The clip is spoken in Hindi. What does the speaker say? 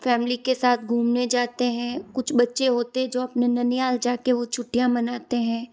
फ़ेमली के साथ घूमने जाते हैं कुछ बच्चे होते जो अपने ननिहाल जाकर वो छुट्टियाँ मनाते हैं